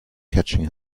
catching